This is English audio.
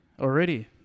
already